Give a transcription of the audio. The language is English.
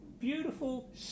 beautiful